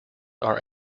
are